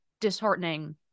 disheartening